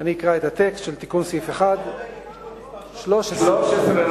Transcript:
אני אקרא את הטקסט של תיקון סעיף 1. תיקון מס' 13. 13. 13,